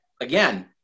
again